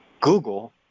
Google